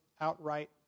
outright